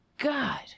god